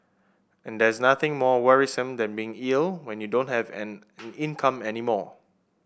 and there's nothing more worrisome than being ill when you don't have an income any more